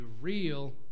real